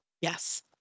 Yes